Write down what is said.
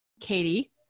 Katie